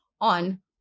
on